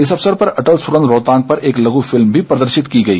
इस अवसर पर अटल सुरंग रोहतांग पर एक लघ् फिल्म भी प्रदर्शित की गई